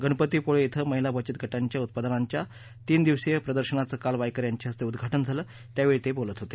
गणपतीपुळे क्वें महिला बचत गटांच्या उत्पादनांच्या तीन दिवसीय प्रदर्शनाचं काल वायकर यांच्या हस्ते उद्घाटन झालं त्यावेळी ते बोलत होते